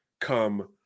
come